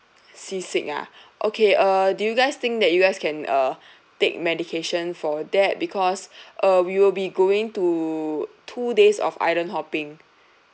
seasick ah okay uh do you guys think that you guys can uh take medication for that because uh we will be going to two days of island hopping